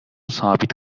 sabit